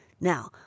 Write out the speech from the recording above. Now